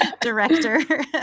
director